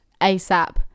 ASAP